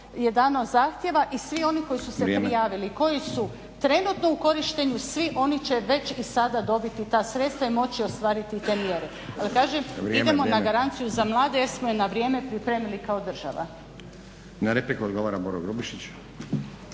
je dano zahtjeva i svi oni koji su se prijavili, koji su trenutno u korištenju, svi oni će već i sada dobiti ta sredstva i moći ostvariti i te mjere. Ali kažem, idemo na garanciju za mlade jer smo je na vrijeme pripremili kao država. **Stazić, Nenad (SDP)** Na repliku odgovara Boro Grubišić.